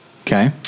okay